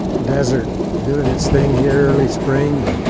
desert doing it's thing here early spring.